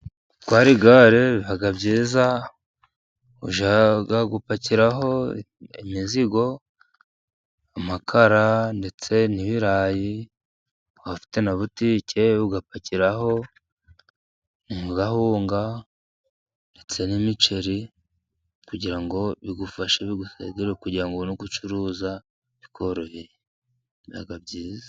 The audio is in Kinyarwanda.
Gutwara igare biba byiza, ujya gupakiraho imizigo, amakara ndetse n'ibirayi, waba ufite na butike ugapakiraho nka gahunga ndetse n'imiceri, kugira ngo bigufashe bigusayidire kugira ngo ubone uko ucuruza bikoroheye biba byiza.